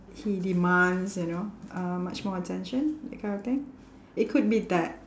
he demands you know uh much more attention that kind of thing it could be that